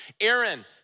Aaron